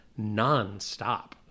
nonstop